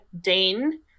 dane